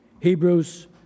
Hebrews